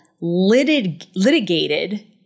litigated